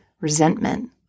resentment